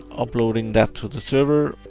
uploading that to the server,